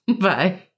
Bye